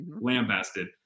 lambasted